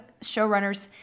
showrunners